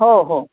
हो हो